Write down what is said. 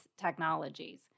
technologies